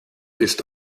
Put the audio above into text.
ist